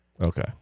Okay